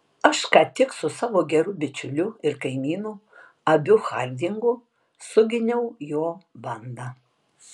aš ką tik su savo geru bičiuliu ir kaimynu abiu hardingu suginiau jo bandą